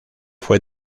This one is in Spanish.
fue